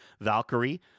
Valkyrie